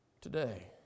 today